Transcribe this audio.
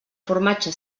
formatge